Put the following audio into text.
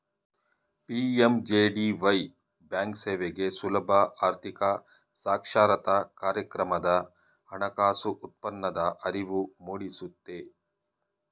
PMJDY ಬ್ಯಾಂಕ್ಸೇವೆಗೆ ಸುಲಭ ಆರ್ಥಿಕ ಸಾಕ್ಷರತಾ ಕಾರ್ಯಕ್ರಮದ ಹಣಕಾಸು ಉತ್ಪನ್ನದ ಅರಿವು ಮೂಡಿಸುತ್ತೆ